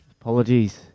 Apologies